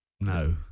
No